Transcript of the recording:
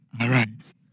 arise